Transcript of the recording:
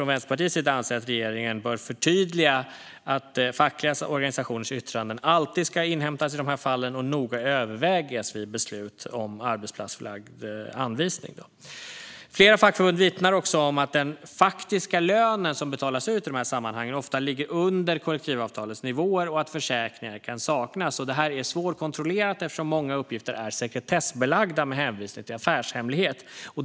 Vänsterpartiet anser att regeringen bör förtydliga att fackliga organisationers yttranden alltid ska inhämtas i dessa fall och noga övervägas vid beslut om arbetsplatsförlagd anvisning. Flera fackförbund vittnar om att den faktiska lön som betalas ut i dessa sammanhang ofta ligger under kollektivavtalsnivåer och att försäkringar kan saknas. Detta är svårkontrollerat eftersom många uppgifter är sekretessbelagda med hänvisning till affärshemlighet.